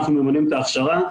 אנחנו מממנים את ההכשרה.